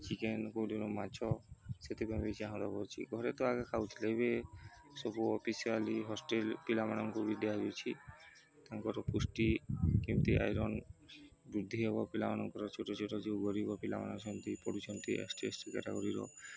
chicken କେଉଁ ଦିନ ମାଛ ସେଥିପାଇଁ ବି ହେଉଛିି ଘରେ ତ ଆଗେ ଖାଉଥିଲେ ଏବେ ସବୁ ଅଫିସାଆଲି ହଷ୍ଟେଲ୍ ପିଲାମାନଙ୍କୁ ବି ଦିଆଯାଉଛି ତାଙ୍କର ପୁଷ୍ଟି କେମିତି ଆଇରନ୍ ବୃଦ୍ଧି ହେବ ପିଲାମାନଙ୍କର ଛୋଟ ଛୋଟ ଯେଉଁ ଗରିବ ପିଲାମାନେ ଅଛନ୍ତି ପଢ଼ୁଛନ୍ତି କାଟାଗୋରୀର